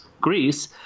Greece